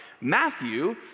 Matthew